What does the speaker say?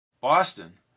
Boston